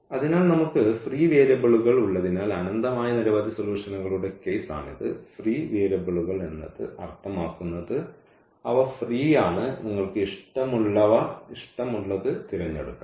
അതിനാൽ നമുക്ക് ഫ്രീ വേരിയബിളുകൾ ഉള്ളതിനാൽ അനന്തമായ നിരവധി സൊല്യൂഷനുകളുടെ കേയ്സ് ആണിത് ഫ്രീ വേരിയബിളുകൾ എന്നത് അർത്ഥമാക്കുന്നത് അവ ഫ്രീയാണ് നിങ്ങൾക്ക് ഇഷ്ടമുള്ളത് തിരഞ്ഞെടുക്കാം